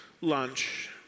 lunch